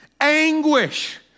anguish